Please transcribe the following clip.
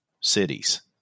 cities